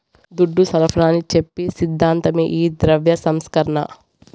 దుడ్డు సరఫరాని చెప్పి సిద్ధాంతమే ఈ ద్రవ్య సంస్కరణ